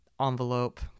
envelope